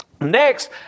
Next